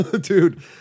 Dude